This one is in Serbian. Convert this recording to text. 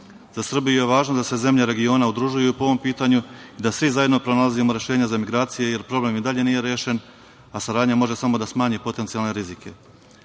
Srbiju je važno da se zemlje regiona udružuju po ovom pitanju, da svi zajedno pronalazimo rešenja za migracije, jer problem i dalje nije rešen, a saradnja može samo da smanji potencijalne rizike.